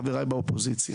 חברי באופוזיציה,